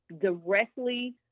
directly